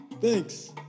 Thanks